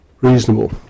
reasonable